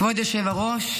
כבוד היושב-ראש,